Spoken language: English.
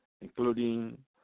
including